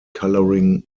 colouring